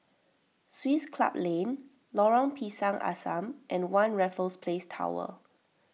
Swiss Club Lane Lorong Pisang Asam and one Raffles Place Tower